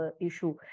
issue